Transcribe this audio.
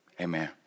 Amen